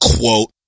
Quote